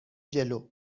جلو